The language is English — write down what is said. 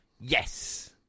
Yes